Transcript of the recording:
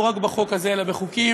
לא רק בחוק הזה אלא בחוקים